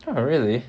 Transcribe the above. oh really